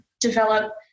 develop